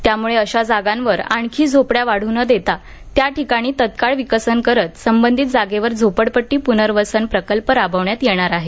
त्यामुळे अशा जागांवर आणखी झोपड्या वाढू न देता त्या ठिकाणी तत्काळ विकसन करत संबंधित जागेवर झोपडपट्टी पुनर्वसन प्रकल्प राबवण्यात येणार आहे